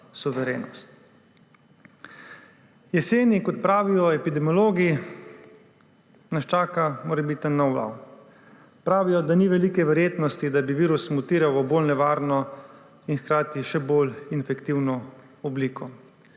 suverenost. Jeseni, kot pravijo epidemiologi, nas čaka morebiten nov val. Pravijo, da ni velike verjetnosti, da bi virus mutiral v bolj nevarno in hkrati še bolj infektivno obliko,